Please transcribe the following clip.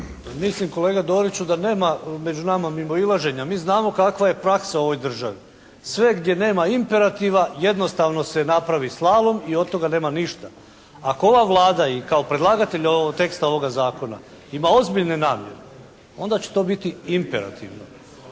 Mislim kolega Doriću da nema među nama mimoilaženja. Mi znamo kakva je praksa u ovoj državi. Sve gdje nema imperativa jednostavno se napravi slalom i od toga nema ništa. Ako ova Vlada i kao predlagatelj teksta ovoga zakona ima ozbiljne namjere onda će to biti imperativno.